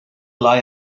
lie